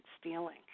stealing